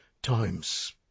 times